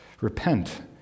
repent